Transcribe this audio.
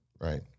right